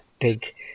big